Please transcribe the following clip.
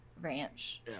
ranch